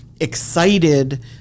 excited